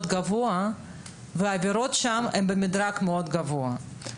גבוה והעבירות שם הן במדרג מאוד גבוה.